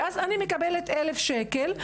ואז אני מקבלת 1,000 שקל.